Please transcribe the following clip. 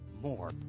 more